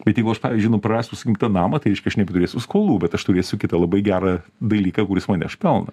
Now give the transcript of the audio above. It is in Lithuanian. bet jeigu aš pavyzdžiui nu prarasiu sakykim tą namą tai reiškia aš nebeturėsiu skolų bet aš turėsiu kitą labai gerą dalyką kuris man neš pelną